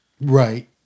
Right